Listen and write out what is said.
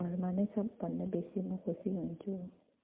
घरमा नै सबभन्दा बेसी म खुसी हुन्छु